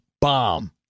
bomb